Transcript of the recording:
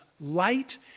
light